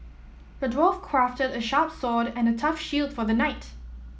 the dwarf crafted a sharp sword and a tough shield for the knight